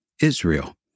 Israel